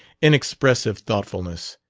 inexpressive thoughtfulness,